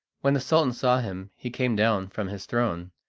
when the sultan saw him he came down from his throne,